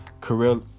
career